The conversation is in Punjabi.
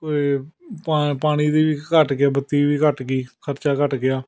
ਓ ਇਹ ਪਾ ਪਾਣੀ ਦੀ ਵੀ ਘੱਟ ਗਿਆ ਬੱਤੀ ਵੀ ਘੱਟ ਗਈ ਖਰਚਾ ਘੱਟ ਗਿਆ